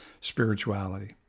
spirituality